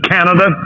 Canada